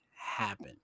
happen